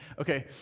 okay